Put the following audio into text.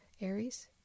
Aries